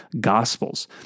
gospels